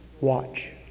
watch